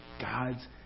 God's